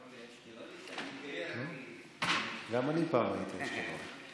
אפשר לקרוא לי אשקלוני, גם אני פעם הייתי אשקלוני.